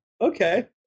okay